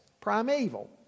primeval